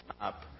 up